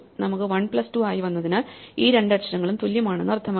നമുക്ക് 1 പ്ലസ് 2 ആയി വന്നതിനാൽ ഈ രണ്ട് അക്ഷരങ്ങളും തുല്യമാണെന്ന് അർത്ഥമാക്കണം